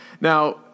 now